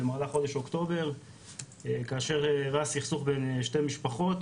במהלך חודש אוקטובר כאשר אירע סכסוך בין שתי משפחות